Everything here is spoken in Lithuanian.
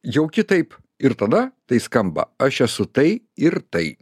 jau kitaip ir tada tai skamba aš esu tai ir tai